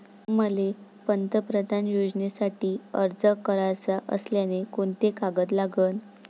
मले पंतप्रधान योजनेसाठी अर्ज कराचा असल्याने कोंते कागद लागन?